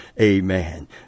Amen